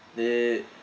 they